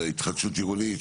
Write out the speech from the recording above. התחדשות עירונית,